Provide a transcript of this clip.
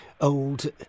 old